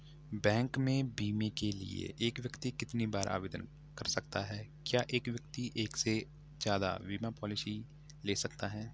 Bank में बीमे के लिए एक व्यक्ति कितनी बार आवेदन कर सकता है क्या एक व्यक्ति एक से ज़्यादा बीमा पॉलिसी ले सकता है?